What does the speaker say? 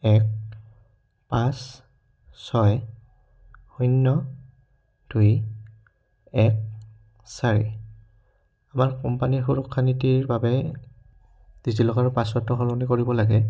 এক পাঁচ ছয় শূন্য দুই এক চাৰি আমাৰ কোম্পানীৰ সুৰক্ষানীতিৰ বাবে ডিজিলকাৰৰ পাছৱৰ্ডটো সলনি কৰিব লাগে